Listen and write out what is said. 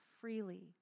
freely